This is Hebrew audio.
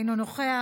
אינו נוכח,